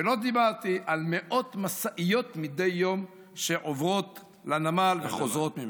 ולא דיברתי על מאות משאיות מדי יום שעוברות לנמל וחוזרות ממנו.